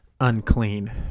unclean